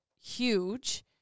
huge